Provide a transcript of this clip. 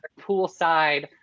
poolside